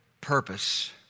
purpose